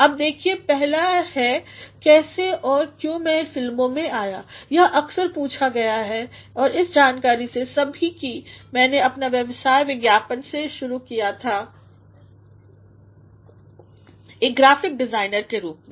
अब देखिए पहला है कैसे और क्यों मै फिल्मों में आया यह अक्सर पूछा गया है इस जानकारी से साथ कि मैने अपना व्यवसाय विज्ञापन में शुरू क्या था एक ग्राफ़िक डिज़ाइनर के रूप में